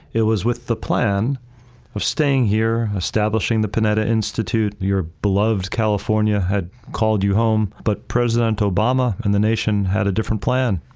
it was with the plan of staying here establishing the panetta institute, your beloved california had called you home, but president obama and the nation had a different plan.